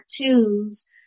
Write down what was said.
cartoons